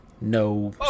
No